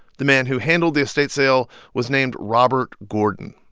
the man who handled the estate sale was named robert gordon.